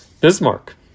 Bismarck